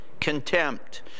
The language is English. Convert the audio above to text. contempt